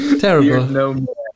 terrible